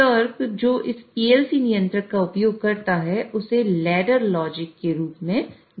तर्क जो इस PLC नियंत्रक का उपयोग करता है उसे लैडर लॉजिक के रूप में जाना जाता है